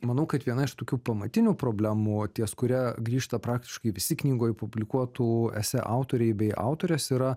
manau kad viena iš tokių pamatinių problemų ties kuria grįžta praktiškai visi knygoj publikuotų esė autoriai bei autorės yra